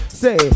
say